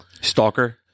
Stalker